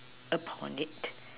upon it